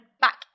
back